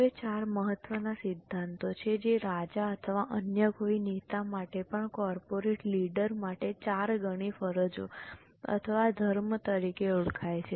હવે ચાર મહત્વના સિદ્ધાંતો જે રાજા અથવા અન્ય કોઈ નેતા માટે પણ કોર્પોરેટ લીડર માટે ચાર ગણી ફરજો અથવા ધર્મ તરીકે ઓળખાય છે